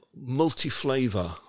multi-flavor